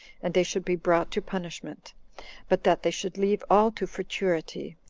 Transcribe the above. and they should be brought to punishment but that they should leave all to futurity,